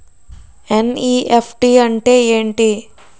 NEFT అంటే ఎంటి?